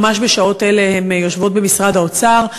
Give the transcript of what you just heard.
ממש בשעות אלה הן יושבות במשרד האוצר.